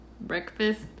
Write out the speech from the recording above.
breakfast